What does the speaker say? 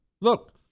Look